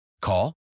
Call